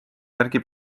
järgi